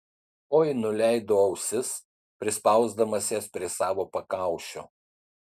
oi nuleido ausis prispausdamas jas prie savo pakaušio